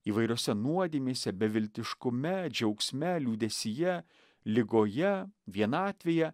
įvairiose nuodėmėse beviltiškume džiaugsme liūdesyje ligoje vienatvėje